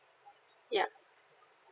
ya